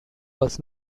was